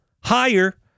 higher